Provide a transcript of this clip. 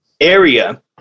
area